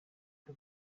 byo